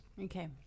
Okay